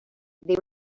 they